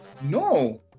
No